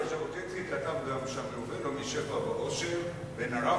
ז'בוטינסקי כתב גם: "שם ירווה לו משפע ואושר בן ערב,